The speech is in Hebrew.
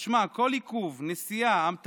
משמע, כל עיכוב, נסיעה, המתנה,